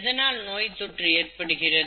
எதனால் நோய்த்தொற்று ஏற்படுகிறது